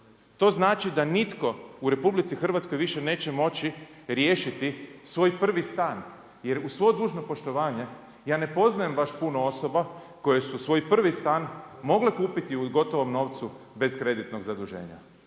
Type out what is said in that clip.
To znači da nitko u RH više neće moći riješiti svoj prvi stan, jer uz svo dužno poštovanje ja ne poznajem baš puno osoba koje su svoj prvi stan mogle kupiti u gotovom novcu bez kreditnog zaduženja,